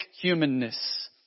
humanness